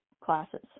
classes